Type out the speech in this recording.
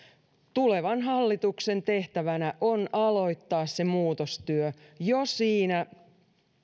tulevan hallituksen tehtävänä on aloittaa se muutostyö jo siinä